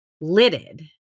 lidded